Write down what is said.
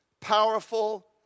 powerful